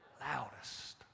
loudest